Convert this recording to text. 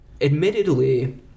Admittedly